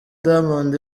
diamond